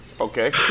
Okay